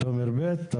תומר ביטון